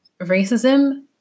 racism